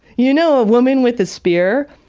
you know ah woman with a spear?